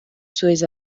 suas